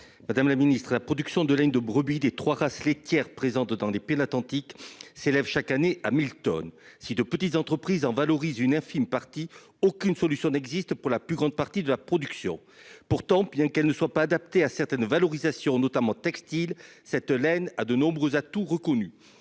madame la ministre, la production de laine de brebis des 3 races laitières présente autant d'épées l'Atlantique s'élève chaque année Hamilton si de petites entreprises en valorise une infime partie aucune solution n'existe pour la plus grande partie de la production. Pourtant, bien qu'elle ne soit pas adapté à certaines valorisations notamment textiles cette laine à de nombreux atouts reconnus.